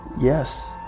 yes